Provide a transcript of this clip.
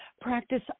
practice